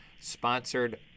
sponsored